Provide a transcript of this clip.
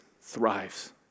thrives